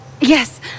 Yes